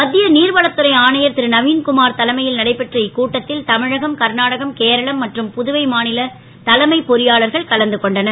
மத் ய நீர்வளத்துறை ஆணையர் ரு நவீன்குமார் தலைமை ல் நடைபெற்ற இக்கூட்டத் ல் தமிழகம் கர்நாடகம்கேரளம் மற்றும் புதுவை மா ல தலைமை பொறியாளர்கள் கலந்து கொண்டனர்